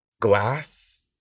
Glass